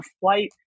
flight